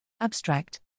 Abstract